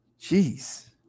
Jeez